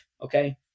Okay